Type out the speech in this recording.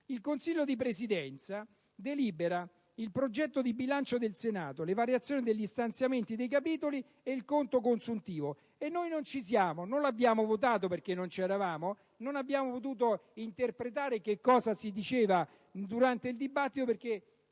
«Il Consiglio di Presidenza (...) delibera il progetto di bilancio del Senato, le variazioni degli stanziamenti dei capitoli ed il conto consuntivo;». E noi non ci siamo: non abbiamo votato, perché non c'eravamo, e non abbiamo potuto interpretare cosa è stato detto durante il dibattito, perché